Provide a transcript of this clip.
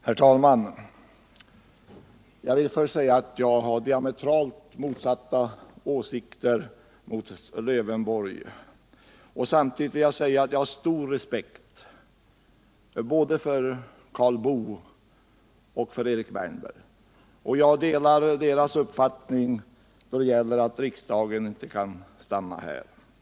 Herr talman! Jag vill först säga att jag har diametralt motsatta åsikter i förhållande till Alf Lövenborg. Samtidigt vill jag säga att jag har stor respekt både för Karl Boo och för Erik Wärnberg. Jag delar deras uppfattning att riksdagen inte kan stanna här vid Sergels torg.